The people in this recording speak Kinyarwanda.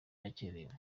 yakerewe